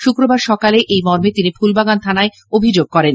শুক্রবার সকালে এই মর্মে তিনি ফুলবাগান থানায় অভিযোগ করেন